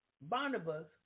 Barnabas